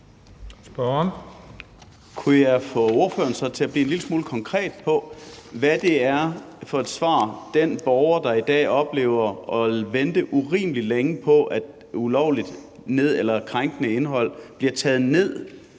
i forhold til et svar til den borger, der i dag oplever at vente urimelig længe på, at ulovligt, krænkende indhold bliver taget ned,